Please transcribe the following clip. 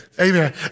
Amen